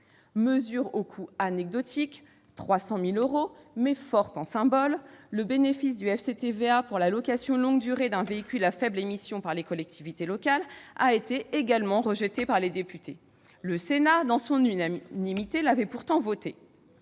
Mesure au coût anecdotique- 300 000 euros -, mais forte en symboles, le bénéfice du FCTVA pour la location longue durée d'un véhicule à faibles émissions par les collectivités locales a également été rejeté par les députés. Le Sénat, à l'unanimité, l'avait pourtant voté.